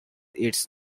its